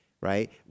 right